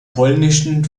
polnischen